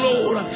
Lord